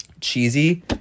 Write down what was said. cheesy